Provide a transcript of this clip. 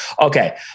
Okay